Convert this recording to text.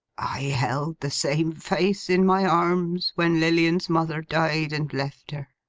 i held the same face in my arms when lilian's mother died and left her